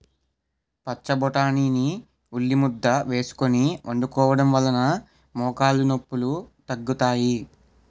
పచ్చబొటాని ని ఉల్లిముద్ద వేసుకొని వండుకోవడం వలన మోకాలు నొప్పిలు తగ్గుతాయి